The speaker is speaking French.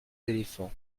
éléphants